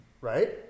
Right